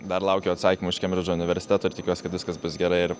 dar laukiu atsakymo iš kembridžo universiteto ir tikiuosi kad viskas bus gerai ir